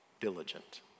diligent